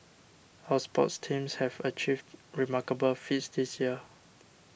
our sports teams have achieved remarkable feats this year